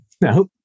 no